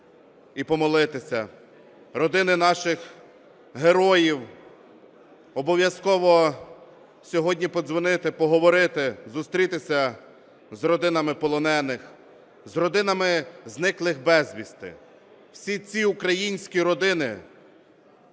і помолитися. Родини наших героїв, обов'язково сьогодні подзвонити, поговорити, зустрітися з родинами полонених, з родинами зниклих безвісти. Всі ці українські родини